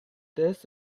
this